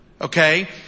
Okay